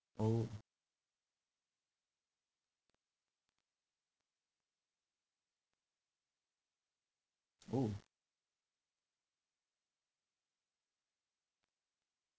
orh orh